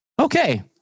Okay